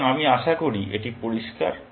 সুতরাং আমি আশা করি এটি পরিষ্কার